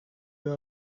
your